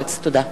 תודה.